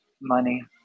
money